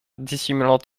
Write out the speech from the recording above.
dissimulant